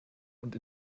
und